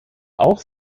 auch